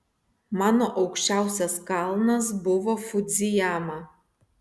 mano aukščiausias kalnas buvo fudzijama